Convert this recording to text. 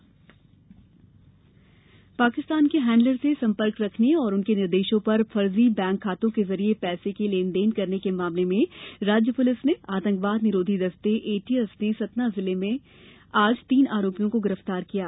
गिरफ्तार पाकिस्तान के हैण्डलर से संपर्क रखने और उनके निर्देशों पर फर्जी बैंक खातों के जरिए पैसों के लेन देन करने के मामले में राज्य पुलिस के आतंकवाद निरोधी दस्ते एटीएस ने सतना जिले से आज तीन आरोपियों को गिरफ्तार कर लिया